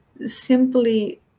Simply